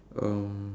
um